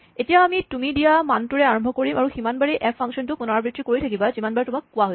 এতিয়া আমি তুমি দিয়া মানটোৰে আৰম্ভ কৰিম আৰু সিমানবাৰেই এফ ফাংচনটো পুণৰাবৃত্তি কৰি থাকিবা যিমানবাৰ তোমাক কোৱা হৈছে